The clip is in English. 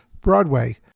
Broadway